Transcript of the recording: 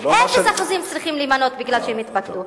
אפס אחוזים צריך למנות משום שהם התפקדו.